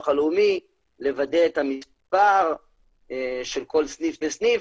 הלאומי לוודא את המספר של כל סניף וסניף.